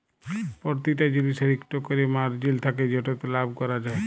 পরতিটা জিলিসের ইকট ক্যরে মারজিল থ্যাকে যেটতে লাভ ক্যরা যায়